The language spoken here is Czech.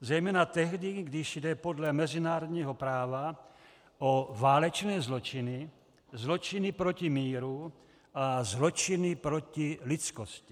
Zejména tehdy, když jde podle mezinárodního práva o válečné zločiny, zločiny proti míru a zločiny proti lidskosti.